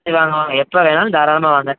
சரி வாங்க வாங்க எப்போ வேணாலும் தாராளமாக வாங்க